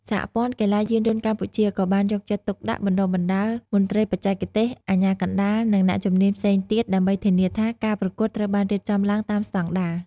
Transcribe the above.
សហព័ន្ធកីឡាយានយន្តកម្ពុជា ក៏បានយកចិត្តទុកដាក់បណ្តុះបណ្តាលមន្ត្រីបច្ចេកទេស អាជ្ញាកណ្តាល និងអ្នកជំនាញផ្សេងទៀត ដើម្បីធានាថាការប្រកួតត្រូវបានរៀបចំឡើងតាមស្តង់ដារ។